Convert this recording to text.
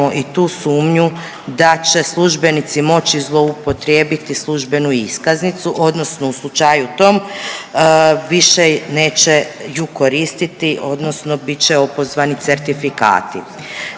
i tu sumnju da će službenici moći zloupotrijebiti službenu iskaznicu, odnosno u slučaju tom više neće ju koristiti odnosno bit će opozvani certifikati.